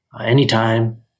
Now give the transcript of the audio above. anytime